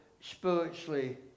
spiritually